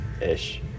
ish